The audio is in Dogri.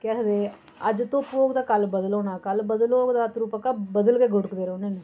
केह् आक्खदे अज्ज धुप्प होग ते कल बद्दल होना कल बद्दल होग ते अत्तरूं पक्का बद्दल गै गुड़कदे रौह्ने न